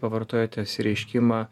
pavartoja tą išsireiškimą